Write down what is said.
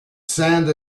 sand